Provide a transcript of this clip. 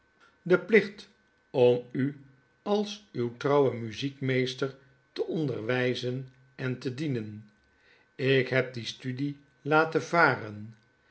plicht om u als uw trouwe muziekmeester te onderwijzen en te dienen jk heb die studie laten varen